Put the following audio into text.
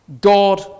God